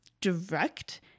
direct